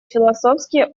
философские